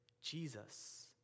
Jesus